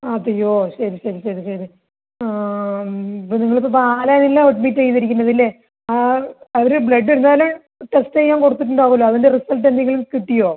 അതെയോ ശരി ശരി ശരി ശരി ആഹ് ഇപ്പം നിങ്ങളിപ്പം ബാലവില്ലൊ അഡ്മിറ്റ് ചെയ്തിരിക്കുന്നത് ഇല്ലെ അവര് ബ്ലഡ് എന്തായാലും ടെസ്റ്റ് ചെയ്യാൻ കൊടുത്തിട്ട് ഉണ്ടാകുമല്ലൊ അതിൻ്റ റിസൾട്ട് എന്തെങ്കിലും കിട്ടിയോ